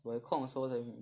我有空的时候才